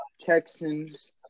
Texans